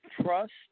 Trust